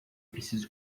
preciso